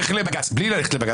בלי ללכת לבג"ץ,